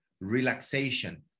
relaxation